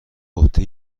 عهده